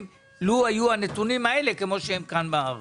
לו היו הנתונים האלה כמו שהם כאן בארץ.